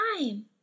time